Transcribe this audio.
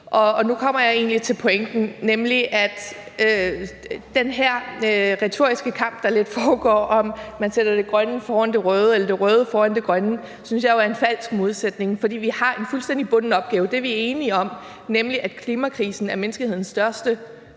pointe, nemlig at den her retoriske kamp, der lidt foregår, om man sætter det grønne foran det røde eller det røde foran det grønne, synes jeg jo spejler en falsk modsætning. For vi har en fuldstændig bunden opgave, det er vi enige om, nemlig at klimakrisen er menneskehedens største